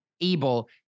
able